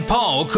Paul